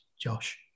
Josh